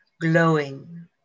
glowing